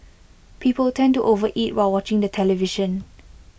people tend to overeat while watching the television